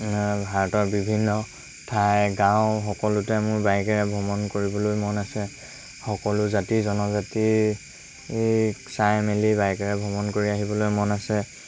ভাৰতৰ বিভিন্ন ঠাই গাঁও সকলোতে মোৰ বাইকেৰে ভ্ৰমণ কৰিবলৈ মন আছে সকলো জাতি জনজাতি চাই মেলি বাইকেৰে ভ্ৰমণ কৰি আহিবলৈ মন আছে